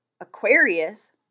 Aquarius